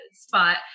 spot